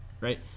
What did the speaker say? right